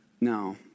No